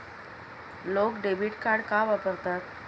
लोक debit card का वापरतात?